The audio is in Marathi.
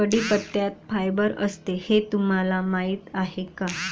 कढीपत्त्यात फायबर असते हे तुम्हाला माहीत आहे का?